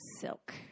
silk